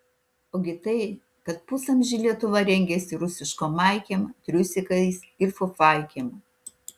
ogi tai kad pusamžį lietuva rengėsi rusiškom maikėm triusikais ir fufaikėm